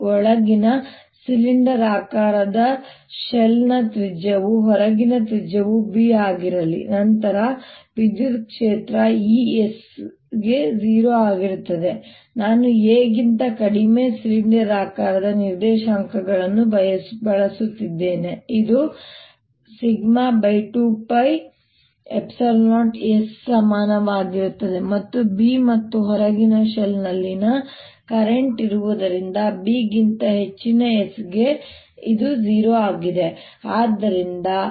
ಒಳಗಿನ ಸಿಲಿಂಡರಾಕಾರದ ಶೆಲ್ನ ತ್ರಿಜ್ಯವು ಹೊರಗಿನ ತ್ರಿಜ್ಯವು b ಆಗಿರಲಿ ನಂತರ ವಿದ್ಯುತ್ ಕ್ಷೇತ್ರ E Sಗೆ 0 ಆಗಿರುತ್ತದೆ ನಾನು a ಗಿಂತ ಕಡಿಮೆ ಸಿಲಿಂಡರಾಕಾರದ ನಿರ್ದೇಶಾಂಕಗಳನ್ನು ಬಳಸುತ್ತಿದ್ದೇನೆ ಇದು 2π0s ಸಮಾನವಾಗಿರುತ್ತದೆ ಮತ್ತು b ಮತ್ತು ಹೊರಗಿನ ಶೆಲ್ನಲ್ಲಿ ಪ್ರಸ್ತುತ ಇರುವುದರಿಂದ b ಗಿಂತ ಹೆಚ್ಚಿನ s ಗೆ ಇದು 0 ಆಗಿದೆ